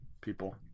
people